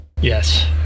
Yes